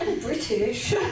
British